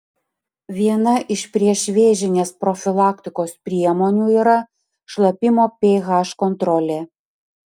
viena iš priešvėžinės profilaktikos priemonių yra šlapimo ph kontrolė